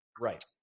Right